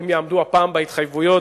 האם יעמדו הפעם בהתחייבויות,